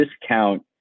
discount